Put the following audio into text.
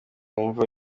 wumva